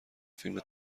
فیلم